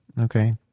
Okay